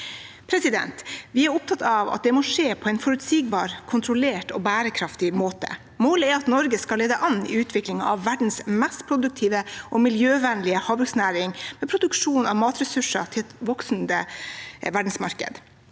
Vi er opptatt av at det må skje på en forutsigbar, kontrollert og bærekraftig måte. Målet er at Norge skal lede an i utviklingen av verdens mest produktive og miljøvennlige havbruksnæring med produksjon av matressurser til et voksende verdensmarked.